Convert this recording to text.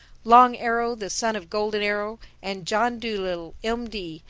long arrow, the son of golden arrow and john dolittle, m d,